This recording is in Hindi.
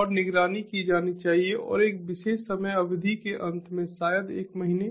और निगरानी की जानी चाहिए और एक विशेष समय अवधि के अंत में शायद एक महीने